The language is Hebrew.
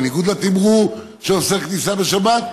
בניגוד לתמרור שאוסר כניסה בשבת,